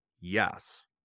Yes